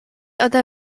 ode